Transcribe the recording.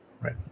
right